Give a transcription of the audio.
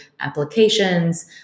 applications